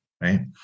right